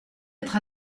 être